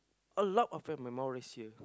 a lot of them my mom raise here